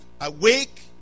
awake